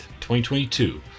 2022